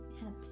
happy